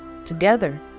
Together